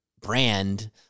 brand